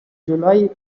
july